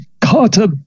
Carter